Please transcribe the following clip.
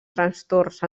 trastorns